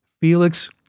Felix